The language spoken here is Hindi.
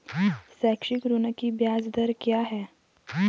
शैक्षिक ऋण की ब्याज दर क्या है?